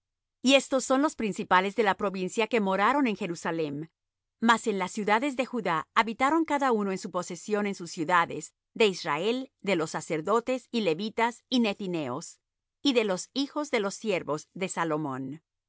y estos son los principales de la provincia que moraron en jerusalem mas en las ciudades de judá habitaron cada uno en su posesión en sus ciudades de israel de los sacerdotes y levitas y nethineos y de los hijos de los siervos de salomón